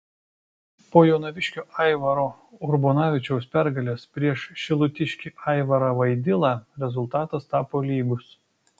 po jonaviškio aivaro urbonavičiaus pergalės prieš šilutiškį aivarą vaidilą rezultatas tapo lygus